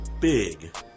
big